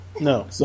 No